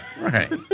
Right